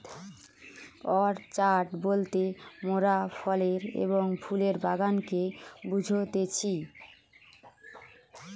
orchard বলতে মোরাফলের এবং ফুলের বাগানকে বুঝতেছি